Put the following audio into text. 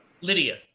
Lydia